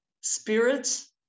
spirits